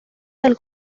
del